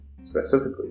Specifically